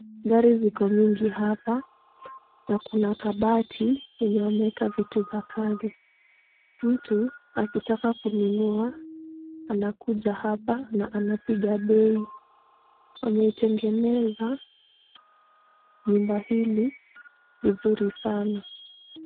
Gari ziko mingi hapa, na kuna kabati yenye wameweka vitu za kazi. Mtu akitaka kununua. Anakuja hapa na anapiga bei. Wameitengeneza. Nyumba hili vizuri sana.